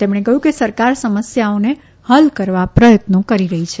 તેમણે કહ્યું કે સરકાર સમસ્યાઓને હલ કરવા પ્રયત્નો કરી રહી છે